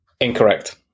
incorrect